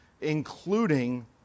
including